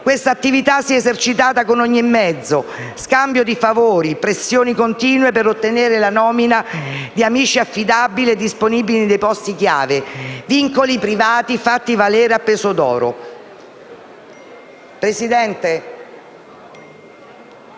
Questa attività si è esercitata con ogni mezzo: scambio di favori, pressioni continue per ottenere la nomina di amici affidabili e disponibili nei posti chiave, vincoli privati fatti valere a peso d'oro. È